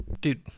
dude